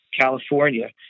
California